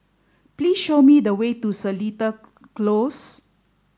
please show me the way to Seletar Close